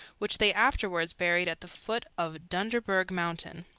which they afterwards buried at the foot of dunderbergh mountain.